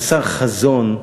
חסר חזון,